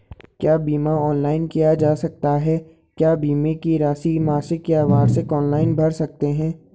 क्या बीमा ऑनलाइन किया जा सकता है क्या बीमे की राशि मासिक या वार्षिक ऑनलाइन भर सकते हैं?